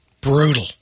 Brutal